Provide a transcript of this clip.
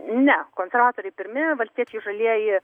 ne konservatoriai pirmi valstiečiai žalieji